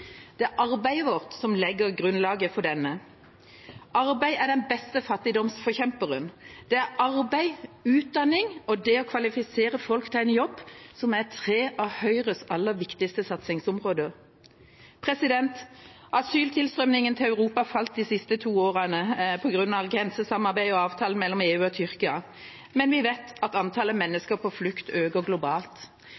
Det er arbeidet vårt som legger grunnlaget for denne. Arbeid er den beste fattigdomsforkjemperen. Arbeid, utdanning og det å kvalifisere folk til en jobb er tre av Høyres aller viktigste satsingsområder. Asyltilstrømningen til Europa har falt de siste to årene på grunn av grensesamarbeid og avtalen mellom EU og Tyrkia, men vi vet at antallet